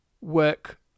work